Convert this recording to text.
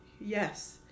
Yes